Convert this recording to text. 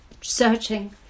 searching